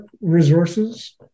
resources